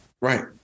Right